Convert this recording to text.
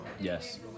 Yes